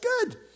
good